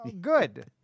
Good